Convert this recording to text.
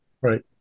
Right